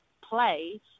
play